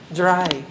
dry